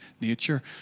nature